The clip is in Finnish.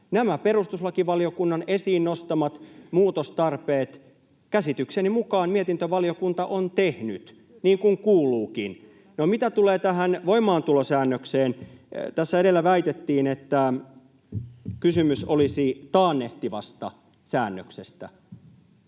Nämä perustuslakivaliokunnan esiin nostamat muutostarpeet käsitykseni mukaan mietintövaliokunta on tehnyt, niin kuin kuuluukin. No, mitä tulee tähän voimaantulosäännökseen: Tässä edellä väitettiin, että kysymys olisi taannehtivasta säännöksestä.